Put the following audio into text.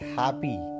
happy